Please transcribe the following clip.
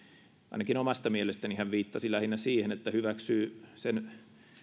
ainakin omasta mielestäni hän viittasi lähinnä siihen että hyväksyy sen